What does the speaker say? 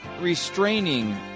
restraining